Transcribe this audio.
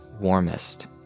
warmest